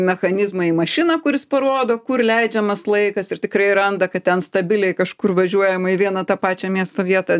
mechanizmą į mašiną kuris parodo kur leidžiamas laikas ir tikrai randa kad ten stabiliai kažkur važiuojama į vieną tą pačią miesto vietą